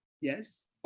Yes